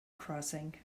crossing